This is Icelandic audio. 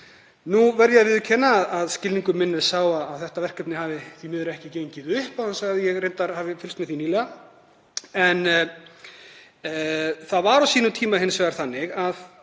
Nú verð ég að viðurkenna að skilningur minn er sá að þetta verkefni hafi því miður ekki gengið upp, án þess að ég hafi fylgst með því nýlega, en á sínum tíma var það þannig að